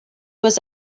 was